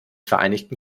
vereinigten